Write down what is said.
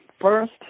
first